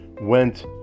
went